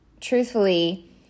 truthfully